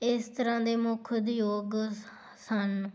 ਇਸ ਤਰ੍ਹਾਂ ਦੇ ਮੁੱਖ ਉਦਯੋਗ ਸ ਸਨ